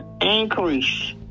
increase